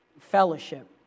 Fellowship